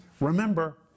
remember